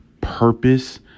purpose